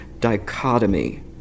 dichotomy